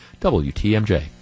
WTMJ